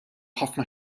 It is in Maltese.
ħafna